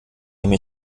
nehme